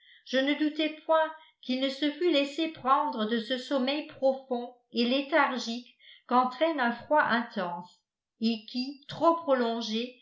je ne doutais point qu'il ne se fût laissé prendre de ce sommeil profond et léthargique qu'entraîne un froid intense et qui trop prolongé